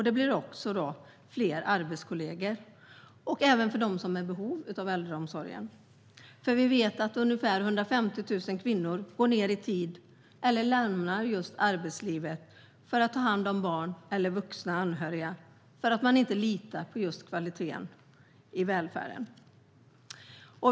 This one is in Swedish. Det blir fler arbetskollegor och fler för dem som är i behov av äldreomsorg. Vi vet ju att ungefär 150 000 kvinnor går ner i tid eller lämnar arbetslivet för att ta hand om barn eller vuxna anhöriga eftersom man inte litar på kvaliteten i välfärden.